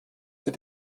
sie